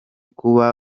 kuba